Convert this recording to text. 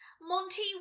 Monty